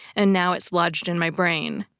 and now it's lodged in my brain.